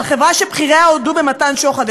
על חברה שבכיריה הודו במתן שוחד.